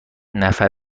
نفر